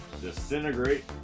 disintegrate